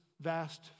Vast